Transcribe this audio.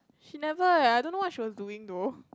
she never eh I don't know what she was doing though